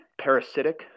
parasitic